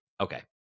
Okay